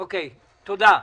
תודה.